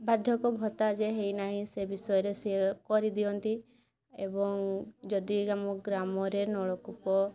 ବାର୍ଦ୍ଧକ୍ୟ ଭତ୍ତା ଯେ ହେଇନାହିଁ ସେ ବିଷୟରେ ସିଏ କରିଦିଅନ୍ତି ଏବଂ ଯଦି ଆମ ଗ୍ରାମରେ ନଳକୂପ